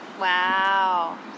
Wow